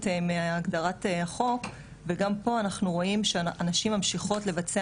מהגדרת החוק וגם פה אנחנו רואים שהנשים ממשיכות לבצע